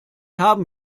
haben